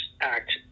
act